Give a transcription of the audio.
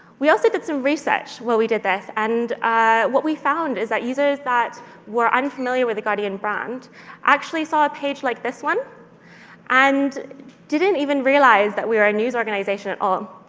we also did some research while we did this and what we found is that users that were unfamiliar with the guardian brand actually saw a page like this one and didn't even realize that we were a news organization at all.